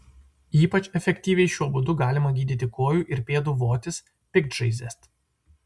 ypač efektyviai šiuo būdu galima gydyti kojų ir pėdų votis piktžaizdes